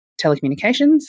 telecommunications